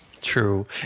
True